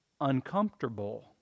uncomfortable